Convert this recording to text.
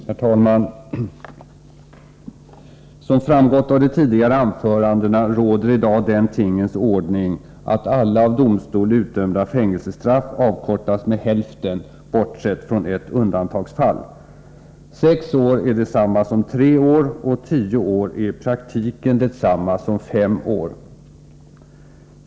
Herr talman! Som framgått av de tidigare anförandena råder i dag den tingens ordning att alla av domstol utdömda fängelsestraff avkortas med hälften, bortsett från ett undantagsfall. Sex år är detsamma som tre år, och tio år är i praktiken detsamma som fem år.